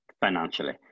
financially